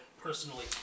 personally